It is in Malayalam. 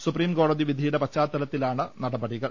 സുപ്രീം കോടതി വിധിയുടെ പശ്ചാത്തലത്തിലാണ് നടപടികൾ